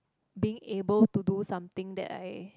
being able to do something that I